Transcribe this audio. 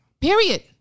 Period